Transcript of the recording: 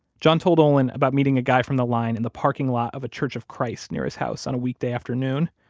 john told olin about meeting a guy from the line in the parking lot of a church of christ near his house on a weekday afternoon.